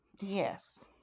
Yes